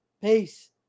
Peace